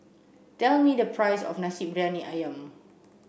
tell me the price of Nasi Briyani Ayam